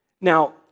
Now